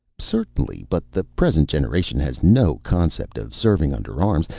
certainly. but the present generation has no concept of serving under arms.